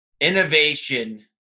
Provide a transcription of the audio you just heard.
innovation